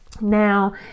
Now